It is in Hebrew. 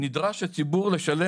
נדרש הציבור לשלם,